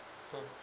mm